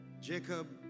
Jacob